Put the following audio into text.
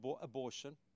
abortion